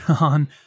on